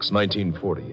1940